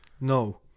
No